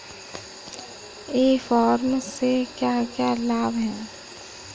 ई commerce से क्या क्या लाभ हैं?